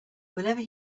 whenever